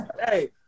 Hey